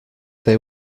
they